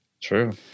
True